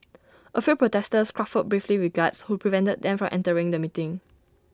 A few protesters scuffled briefly with guards who prevented them from entering the meeting